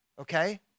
okay